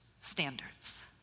standards